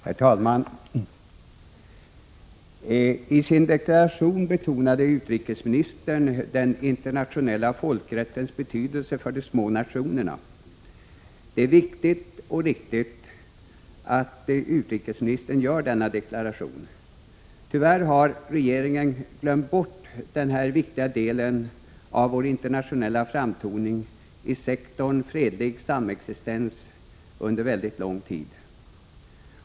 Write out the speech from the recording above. Herr talman! I sin deklaration betonade utrikesministern den internationella folkrättens betydelse för de små nationerna. Det är viktigt och riktigt att utrikesministern gör denna deklaration. Tyvärr har regeringen glömt bort denna viktiga del av vår internationella framtoning i sektorn fredlig samexistens under väldigt lång tid.